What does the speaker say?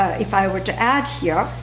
ah if i were to add here,